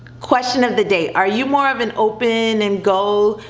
question of the day, are you more of an open and go